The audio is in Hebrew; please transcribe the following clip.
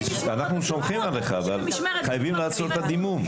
אנחנו סומכים עליך, אבל חייבים לעצור את הדימום.